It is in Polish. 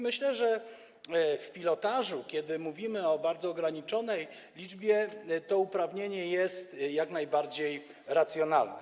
Myślę, że w przypadku pilotażu, kiedy mówimy o bardzo ograniczonej liczbie, to uprawnienie jest jak najbardziej racjonalne.